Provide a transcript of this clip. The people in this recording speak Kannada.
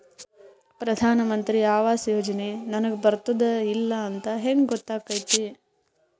ಪ್ರಧಾನ ಮಂತ್ರಿ ಆವಾಸ್ ಯೋಜನೆ ನನಗ ಬರುತ್ತದ ಇಲ್ಲ ಅಂತ ಹೆಂಗ್ ಗೊತ್ತಾಗತೈತಿ?